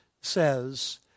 says